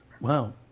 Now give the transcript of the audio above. wow